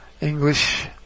English